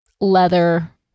leather